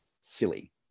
Silly